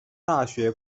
大学